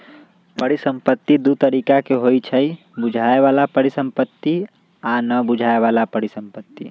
परिसंपत्ति दु तरिका के होइ छइ बुझाय बला परिसंपत्ति आ न बुझाए बला परिसंपत्ति